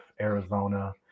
Arizona